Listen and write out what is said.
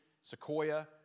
Sequoia